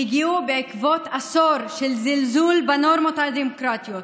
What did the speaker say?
שהגיעו בעקבות עשור של זלזול בנורמות הדמוקרטיות,